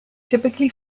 typically